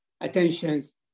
attentions